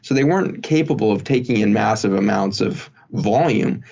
so they weren't capable of taking in massive amounts of volume.